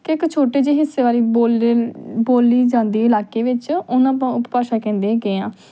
ਕਿ ਇੱਕ ਛੋਟੇ ਜਿਹੇ ਹਿੱਸੇ ਵਾਲੀ ਬੋਲੇ ਬੋਲੀ ਜਾਂਦੀ ਇਲਾਕੇ ਵਿੱਚ ਉਹਨੂੰ ਆਪਾਂ ਉਪ ਭਾਸ਼ਾ ਕਹਿੰਦੇ ਹੈਗੇ ਹਾਂ